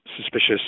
suspicious